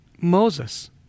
Moses